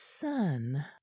son